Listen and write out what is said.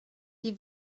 die